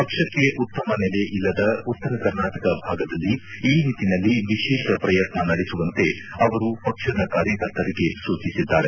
ಪಕ್ಷಕ್ಕೆ ಉತ್ತಮ ನೆಲೆ ಇಲ್ಲದ ಉತ್ತರ ಕರ್ನಾಟಕ ಭಾಗದಲ್ಲಿ ಈ ನಿಟ್ಟಿನಲ್ಲಿ ವಿಶೇಷ ಪ್ರಯತ್ನ ನಡೆಸುವಂತೆ ಅವರು ಪಕ್ಷದ ಕಾರ್ಯಕರ್ತರಿಗೆ ಸೂಚಿಸಿದ್ದಾರೆ